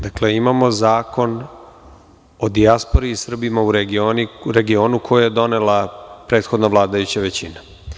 Dakle, imamo Zakon o dijaspori i Srbima u regionu koje je donela prethodna vladajuća većina.